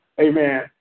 Amen